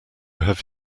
have